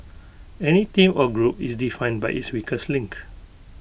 any team or group is defined by its weakest link